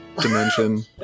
dimension